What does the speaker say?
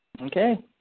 Okay